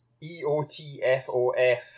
E-O-T-F-O-F